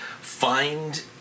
find